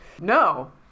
No